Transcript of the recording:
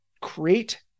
create